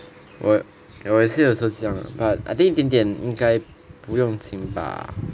我我也是有时候这样的 but I think 一点点应该不用紧 bah